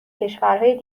کشورهای